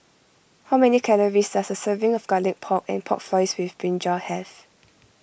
how many calories does a serving of Garlic Pork and Pork Floss with Brinjal have